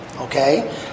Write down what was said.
Okay